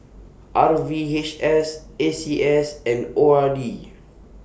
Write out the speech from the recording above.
R V H S A C S and O R D